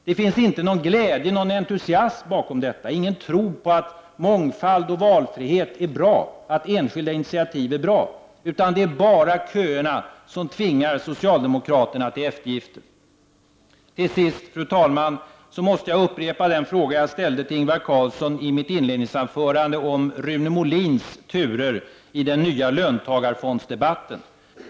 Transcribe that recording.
Det finns inte någon glädje eller entusiasm bakom detta, ingen tro på att mångfald och valfrihet är bra och att enskilda initiativ är bra. Det är bara köerna som tvingar socialdemokraterna till eftergifter. Till sist, fru talman, måste jag upprepa den fråga jag ställde till Ingvar Carlsson i mitt inledningsanförande om Rune Molins turer i den nya löntagarfondsdebatten.